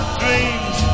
dreams